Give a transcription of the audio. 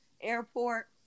Airport